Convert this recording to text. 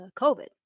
COVID